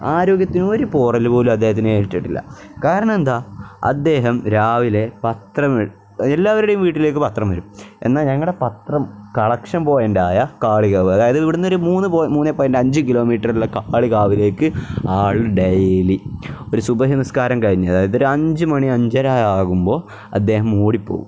ആരോഗ്യത്തിന് ഒരു പോറൽ പോലും അദ്ദേഹത്തിന് ഏറ്റിട്ടില്ല കാരണം എന്താണ് അദ്ദേഹം രാവിലെ പത്രം എല്ലാവരുടെയും വീട്ടിലേക്ക് പത്രം വരും എന്നാൽ ഞങ്ങളുടെ പത്രം കളക്ഷൻ പോയൻ്റായ കാളികാവ് അതായത് ഇവിടെ നിന്നൊരു മൂന്ന് മൂന്ന് പോയിൻറ് അഞ്ച് കിലോമീറ്ററുള്ള കാളികാവിലേക്ക് ആൾ ഡെയിലി ഒരു സുബഹി നിസ്കാരം കഴിഞ്ഞു അതായതൊരു അഞ്ച് മണി അഞ്ചര ആകുമ്പോൾ അദ്ദേഹം ഓടിപ്പോവും